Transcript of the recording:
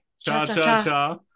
cha-cha-cha